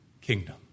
kingdom